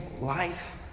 life